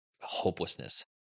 hopelessness